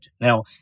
Now